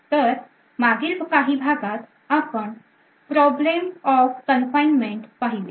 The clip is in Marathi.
तर मागील काही भागात आपण problem of confinement पाहिले